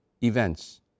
events